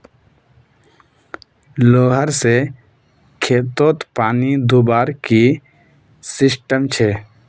Solar से खेतोत पानी दुबार की सिस्टम छे?